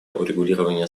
урегулирование